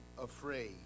afraid